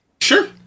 Sure